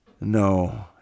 No